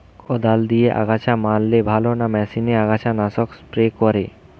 কদাল দিয়ে আগাছা মারলে ভালো না মেশিনে আগাছা নাশক স্প্রে করে?